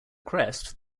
crest